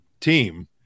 team